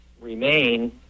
remain